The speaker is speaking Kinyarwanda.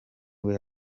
nibwo